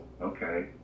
okay